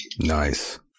Nice